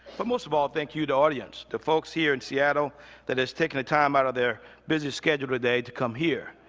but most of all, thank you to audience, the folks here in seattle that has taken the time out of their busy schedule today to come here.